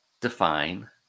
define